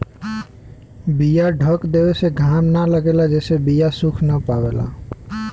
बीया ढक देवे से घाम न लगेला जेसे बीया सुख ना पावला